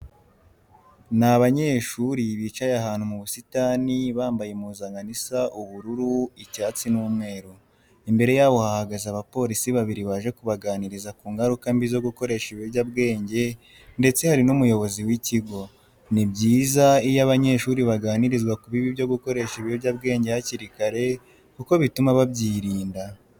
Ni abanyeshuri bicaye ahantu mu busitani, bambaye impuzankano isa ubururu, icyatsi n'umweru. Imbere yabo hahagaze abapolisi babiri baje kubaganiriza ku ngaruka mbi zo gukoresha ibiyobyabwenge ndetse hari n'umuyobozi w'ikigo. Ni byiza iyo abanyeshuri baganirizwa ku bibi byo gukoresha ibiyobyabwenge hakiri kare kuko bituma babyirinda.